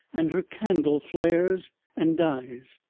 and her candle flares and dies.